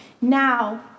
Now